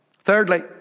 Thirdly